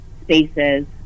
spaces